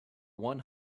one